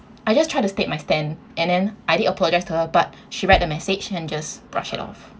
I just try to state my stand and then I did apologise to her but she read the message and just brush it off